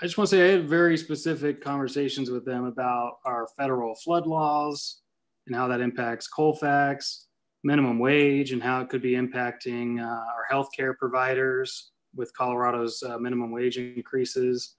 i just wants a very specific conversations with them about our federal flood laws now that impacts colfax minimum wage and how it could be impacting our health care providers with colorado's minimum wage increases